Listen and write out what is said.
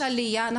עלייה.